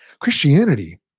Christianity